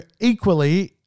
equally